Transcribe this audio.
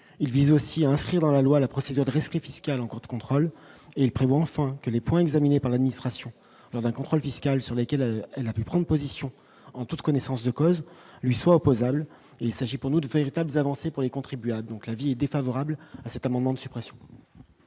il vise aussi à inscrire dans la loi la procédure de rescrit fiscal en cours de contrôle et prévoit enfin que les points examinés par l'administration, lors d'un contrôle fiscal sur lesquels il a pu prendre position en toute connaissance de cause lui soit opposable, il s'agit pour nous de véritables avancées pour les contribuables, donc l'avis défavorable à cet amendement de suppression.